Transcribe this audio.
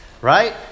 right